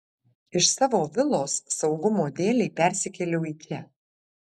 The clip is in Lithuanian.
iš savo vilos saugumo dėlei persikėliau į čia